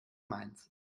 mainz